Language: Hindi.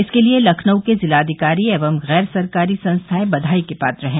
इसके लिये लखनऊ के जिलाधिकारी एवं गैर सरकारी संस्थाएं बधाई के पात्र है